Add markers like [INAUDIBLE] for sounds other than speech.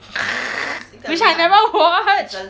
[NOISE] which I never watch